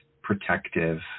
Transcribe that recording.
protective